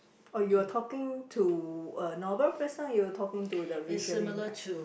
oh you were talking to a normal person or you talking to the visually impaired